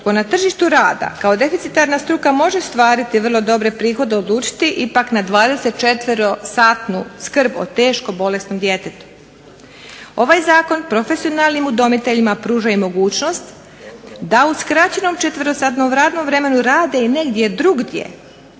tko na tržištu rada kao deficitarna struka može ostvariti vrlo dobre prihode odlučiti ipak na 24. satnu skrb o teško bolesnom djetetu. Ovaj zakon profesionalnim udomiteljima pruža i mogućnost da u skraćenom četverosatnom radnom vremenu rade i negdje drugdje.